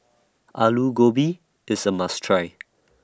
Alu Gobi IS A must Try